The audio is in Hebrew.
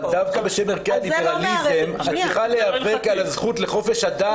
אבל דווקא בשם ערכי הליברליזם את צריכה להיאבק על הזכות לחופש הדת,